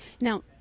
Now